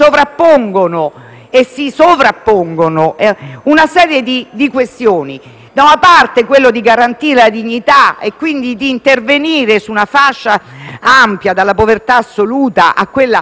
si sovrappongono una serie di questioni: da una parte, si vuole garantire la dignità, intervenendo su una fascia ampia, dalla povertà assoluta a quella relativa;